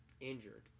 injured